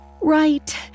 Right